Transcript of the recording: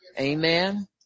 Amen